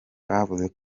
bavuze